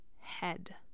head